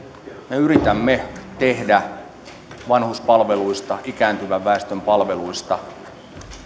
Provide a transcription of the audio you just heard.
me yritämme tehdä vanhuspalveluista ikääntyvän väestön palveluista